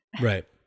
right